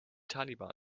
taliban